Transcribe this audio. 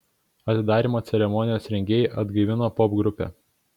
atidarymo ceremonijos rengėjai atgaivino popgrupę